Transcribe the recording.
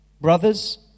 brothers